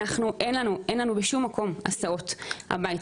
אנחנו אין לנו בשום מקום הסעות הביתה,